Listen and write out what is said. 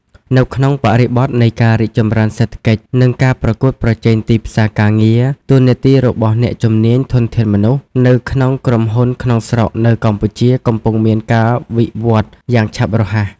នៅក្នុងបរិបទនៃការរីកចម្រើនសេដ្ឋកិច្ច និងការប្រកួតប្រជែងទីផ្សារការងារ តួនាទីរបស់អ្នកជំនាញ ធនធានមនុស្ស នៅក្នុងក្រុមហ៊ុនក្នុងស្រុកនៅកម្ពុជាកំពុងមានការវិវឌ្ឍយ៉ាងឆាប់រហ័ស។